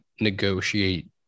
negotiate